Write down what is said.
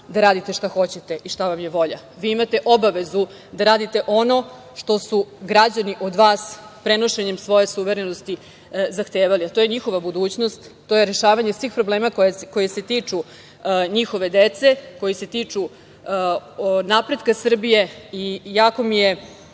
da radite šta hoćete i šta vam je volja. Vi imate obavezu da radite ono što su građani od vas prenošenjem svoje suverenosti zahtevali. To je njihova budućnost. To je rešavanje svih problema koji se tiču njihove dece, koji se tiču napretka Srbije i jako mi je